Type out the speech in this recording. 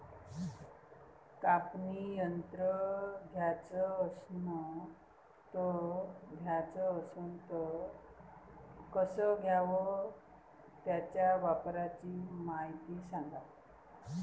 कापनी यंत्र घ्याचं असन त कस घ्याव? त्याच्या वापराची मायती सांगा